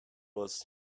was